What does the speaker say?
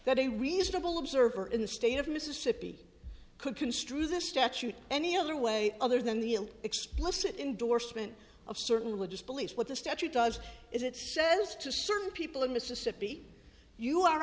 that a reasonable observer in the state of mississippi could construe the statute any other way other than the explicit indorsement of certain religious beliefs what the statute does is it says to certain people in mississippi you are